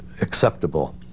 acceptable